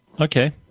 okay